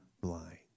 blind